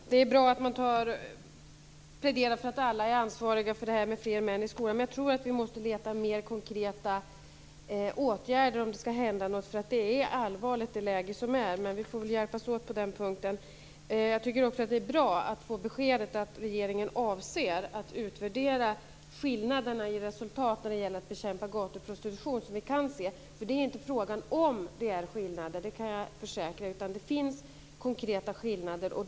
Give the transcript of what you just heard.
Fru talman! Det är bra att man pläderar för att alla är ansvariga för att få fler män i skolan, men jag tror att vi måste hitta mer konkreta åtgärder som det ska hända något. Läget är allvarligt. Men vi får väl hjälpas åt på den punkten. Jag tycker också att det är bra att få beskedet att regeringen avser att utvärdera skillnaderna i resultaten när det gäller att bekämpa gatuprostitution. Det är inte frågan om det är skillnader, det kan jag försäkra, utan det finns konkreta skillnader.